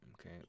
Okay